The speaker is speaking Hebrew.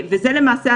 למעשה,